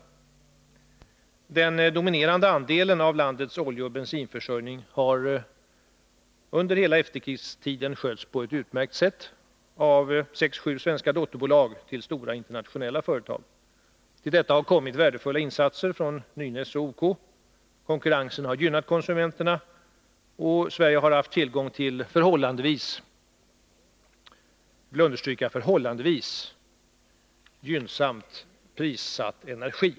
Al Den dominerande andelen av landets oljeoch bensinförsörjning har under hela efterkrigstiden skötts på ett utmärkt sätt av sex sju svenska dotterbolag till stora internationella företag. Därtill har kommit värdefulla insatser från Nynäs och OK. Konkurrensen har gynnat konsumenterna. Sverige har haft tillgång till förhållandevis — jag vill understryka förhållandevis — gynnsamt prissatt energi.